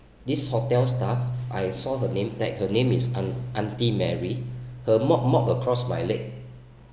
this hotel staff I saw her name tag her name is aun~ aunty mary her mop mop across my leg